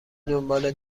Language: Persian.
دنبال